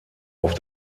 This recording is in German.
auf